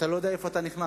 אתה לא יודע איפה אתה נכנס.